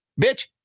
bitch